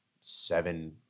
seven